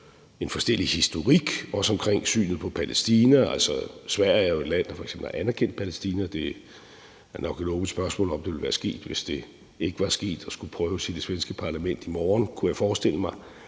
en forskellig historik også omkring synet på Palæstina. Sverige er jo et land, der f.eks. har anerkendt Palæstina. Det er nok et åbent spørgsmål, om det ville være sket, hvis det ikke var sket og skulle prøves i det svenske parlament i morgen, kunne jeg forestille mig.